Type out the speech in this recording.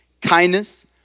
kindness